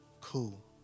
Cool